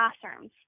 classrooms